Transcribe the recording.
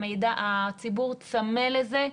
הציבור צמא לזה,